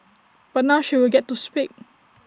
but now she will get to speak